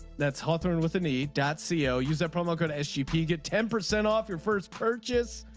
that's hawthorne with any dot ceo. use a promo code as cheap you get ten percent off your first purchase.